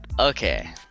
Okay